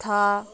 ꯊꯥ